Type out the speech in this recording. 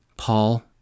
Paul